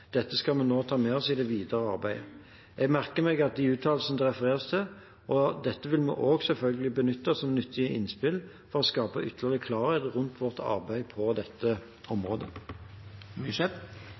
Dette skal vi nå ta med oss i det videre arbeidet. Jeg merker meg de uttalelsene det refereres til, og dette vil vi også selvfølgelig benytte som nyttige innspill for å skape ytterligere klarhet rundt vårt arbeid på dette